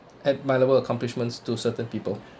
at my level accomplishments to certain people